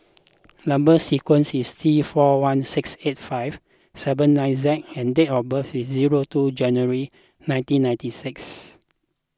Number Sequence is T four one six eight five seven nine Z and date of birth is zero two January nineteen ninety six